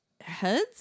heads